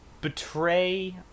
betray